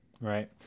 Right